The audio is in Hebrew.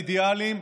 על אידיאלים,